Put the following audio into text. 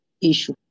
issue